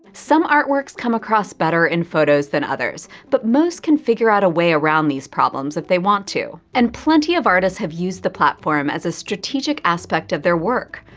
some artworks comes across better in photos than others, but most can figure out a way around these problems if they want to. and plenty of artists have used the platform as a strategic aspect of their work,